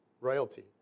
Royalty